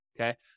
okay